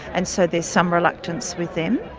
and so there's some reluctance with them.